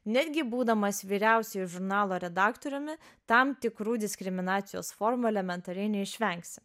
netgi būdamas vyriausiuoju žurnalo redaktoriumi tam tikrų diskriminacijos formų elementariai neišvengsi